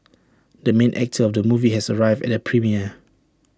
the main actor of the movie has arrived at the premiere